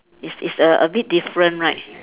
it's it's a a bit different right